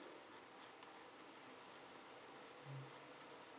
mm